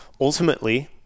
ultimately